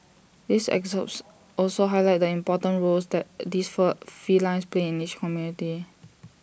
these excerpts also highlight the important roles that these four felines play in each community